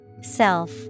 Self